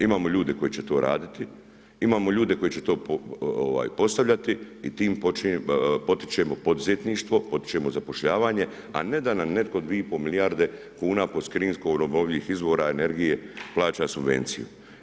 Imamo ljude koji će to raditi, imamo ljude koji će postavljati i tim potičemo poduzetništvo, potičemo zapošljavanje a ne da nam netko 2,5 milijarde kuna po ... od obnovljivih izvora energije plaća subvenciju.